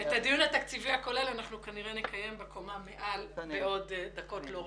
את הדיון התקציבי הכולל אנחנו כנראה נקיים בקומה מעל בעוד דקות לא רבות.